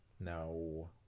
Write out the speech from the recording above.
no